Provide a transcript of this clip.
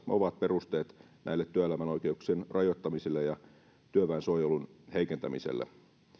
ovat perusteet näille työelämän oikeuksien rajoittamisille ja työväen suojelun heikentämiselle